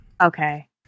Okay